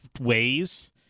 ways